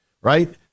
right